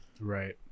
Right